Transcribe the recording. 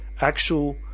actual